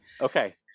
Okay